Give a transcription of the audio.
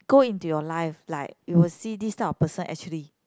go into your life like you will see this type of person actually